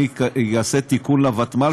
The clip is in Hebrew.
אני אעשה תיקון לוותמ"ל,